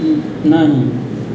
नहि